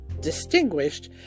distinguished